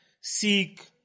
seek